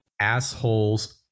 assholes